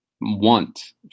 want